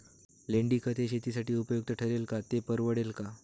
लेंडीखत हे शेतीसाठी उपयुक्त ठरेल का, ते परवडेल का?